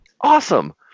awesome